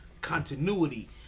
continuity